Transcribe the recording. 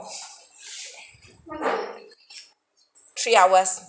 three hours